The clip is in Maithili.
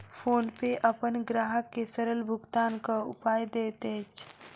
फ़ोनपे अपन ग्राहक के सरल भुगतानक उपाय दैत अछि